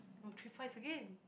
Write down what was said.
oh three points again